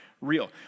real